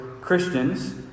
Christians